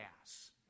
gas